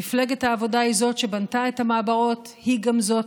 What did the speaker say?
מפלגת העבודה היא זו שבנתה את המעברות והיא גם זו